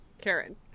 Karen